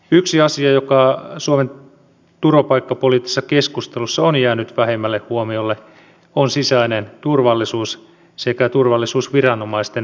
yksi asia joka suomen turvapaikkapoliittisessa keskustelussa on jäänyt vähemmälle huomiolle on sisäinen turvallisuus sekä turvallisuusviranomaisten resurssit